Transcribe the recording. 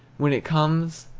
when it comes,